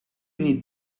need